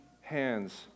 hands